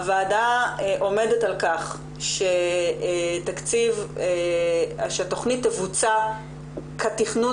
הוועדה עומדת על כך שהתכנית תבוצע כתכנון